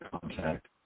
contact